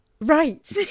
right